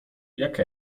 jak